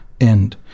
end